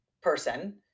person